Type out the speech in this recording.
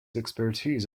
expertise